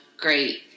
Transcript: great